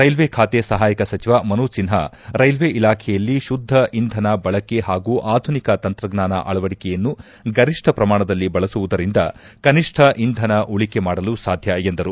railway ಖಾತೆ ಸಹಾಯಕ ಸಚಿವ ಮನೋಜ್ ಸಿನ್ಹಾ ರೈಲ್ವೆ ಇಲಾಖೆಯಲ್ಲಿ ಶುದ್ಧ ಇಂಧನ ಬಳಕೆ ಹಾಗೂ ಆಧುನಿಕ ತಂತ್ರಜ್ಞಾನ ಅಳವಡಿಕೆಯನ್ನು ಗರಿಷ್ಠ ಪ್ರಮಾಣದಲ್ಲಿ ಬಳಸುವುದರಿಂದ ಕನಿಷ್ಠ ಇಂಧನ ಉಳಕೆ ಮಾಡಲು ಸಾಧ್ಯ ಎಂದರು